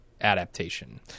adaptation